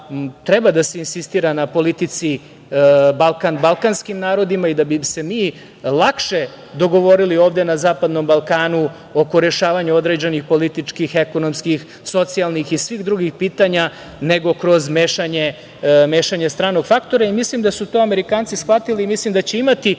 treba da se insistira na politici Balkan balkanskim narodima i da bi se mi lakše dogovorili ovde na zapadnom Balkanu oko rešavanja određenih političkih, ekonomskih, socijalnih i svih drugih pitanja nego kroz mešanje stranog faktora. Mislim da su to Amerikanci shvatili i mislim da će imati